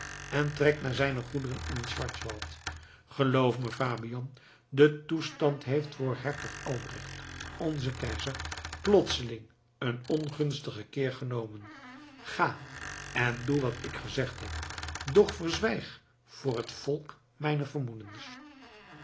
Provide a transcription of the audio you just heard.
en trekt naar zijne goederen in het schwarzwald geloof me fabian de toestand heeft voor hertog albrecht onzen keizer plotseling een ongunstigen keer genomen ga en doe wat ik gezegd heb doch verzwijg voor het volk mijne vermoedens